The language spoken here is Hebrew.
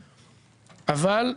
אבל,